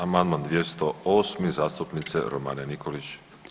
Amandman 208 zastupnice Romane Nikolić.